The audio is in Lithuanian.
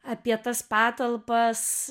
apie tas patalpas